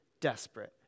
desperate